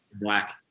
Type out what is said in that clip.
Black